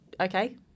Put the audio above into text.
okay